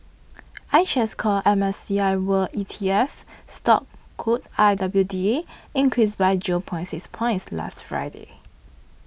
iShares Core M S C I world E T F stock code I W D A increased by June point six points last Friday